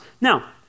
Now